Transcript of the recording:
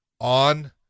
on